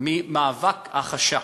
ממאבק ההכחשה.